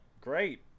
Great